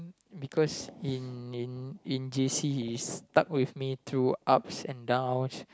because in in j_c he's stuck with me through ups and downs